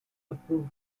approval